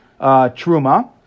Truma